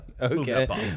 Okay